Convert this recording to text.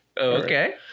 Okay